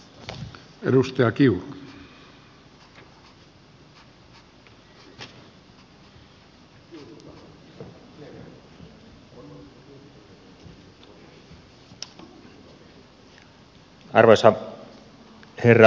arvoisa herra puhemies